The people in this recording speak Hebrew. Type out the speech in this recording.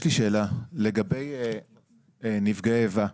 יש לי שאלה, לגבי נפגעי איבה,